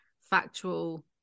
factual